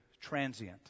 transient